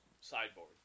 sideboard